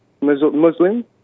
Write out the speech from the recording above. Muslim